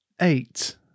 eight